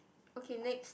okay next